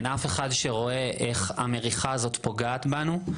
אין אף אחד שרואה איך המריחה הזאת פוגעת בנו.